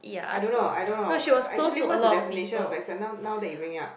I don't know I don't know uh actually what is the definition of backstab now now that you bring it up